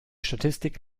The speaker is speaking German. statistik